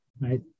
right